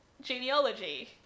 genealogy